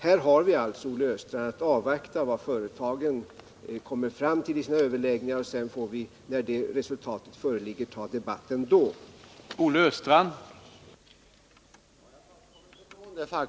Här har vi alltså, Olle Östrand, att avvakta vad företagen kommer fram till i sina överläggningar, och när det resultatet föreligger får vi ta en debatt då: